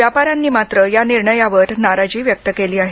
व्यापाऱ्यांनी मात्र या निर्णयावर नाराजी व्यक्त केली आहे